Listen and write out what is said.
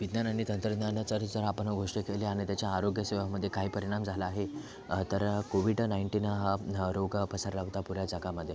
विज्ञान आणि तंत्रज्ञानाची जर आपण गोष्ट केली आणि त्याच्या आरोग्यसेवामध्ये काय परिणाम झाला आहे तर कोविडं नाईंटीनं हा रोग पसरला होता पुऱ्या जगामध्ये